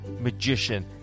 magician